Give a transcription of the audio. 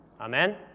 Amen